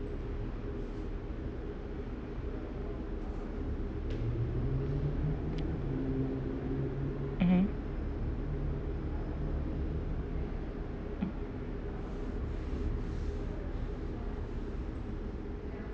mmhmm mm